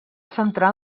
centrar